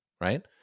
Right